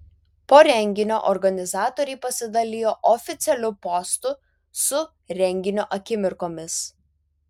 po renginio organizatoriai pasidalijo oficialiu postu su renginio akimirkomis